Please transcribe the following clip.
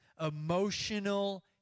emotional